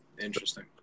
interesting